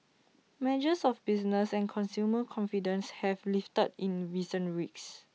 measures of business and consumer confidence have lifted in recent weeks